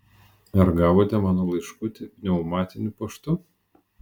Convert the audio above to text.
ar gavote mano laiškutį pneumatiniu paštu